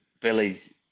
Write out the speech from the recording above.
Billy's